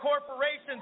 corporations